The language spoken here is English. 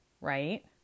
right